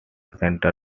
center